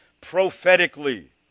prophetically